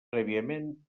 prèviament